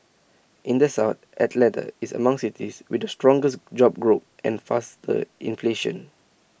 in the south Atlanta is among cities with the strongest job growth and faster inflation